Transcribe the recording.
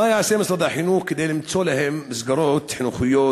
מה יעשה משרד החינוך כדי למצוא להם מסגרות חינוכיות?